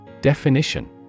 Definition